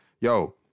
yo